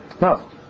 No